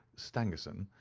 stangerson,